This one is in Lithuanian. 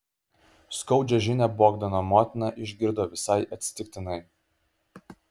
skaudžią žinią bogdano motina išgirdo visai atsitiktinai